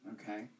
Okay